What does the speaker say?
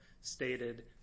stated